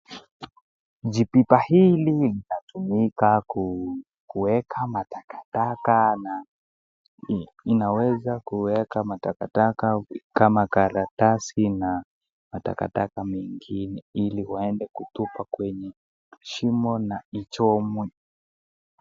Jipipa hili linatumika kueka matakataka na inaweza kuweka matakataka kama karatasi na matakataka mengine ili waende kutupa kwenye shimo na ichomwe.